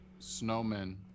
snowmen